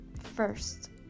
first